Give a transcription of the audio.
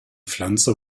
pflanze